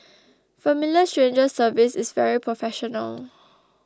Familiar Strangers service is very professional